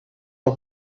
los